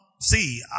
See